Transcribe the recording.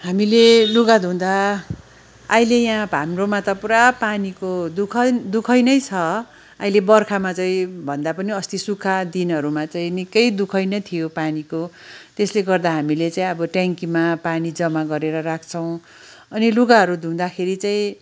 हामीले लुगा धुँदा अहिले यहाँ हाम्रोमा त पुरा पानीको दुःखै दुःखै नै छ अहिले बर्खामा चाहिँ भन्दा पनि अस्ति सुखा दिनहरूमा चाहिँ निकै दुःखै नै थियो पानीको त्यसले गर्दा हामीले चाहिँ अब ट्याङ्कीमा पानी जमा गरेर राख्छौँ अनि लुगाहरू धुँदाखेरि चाहिँ